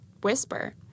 whisper